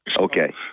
Okay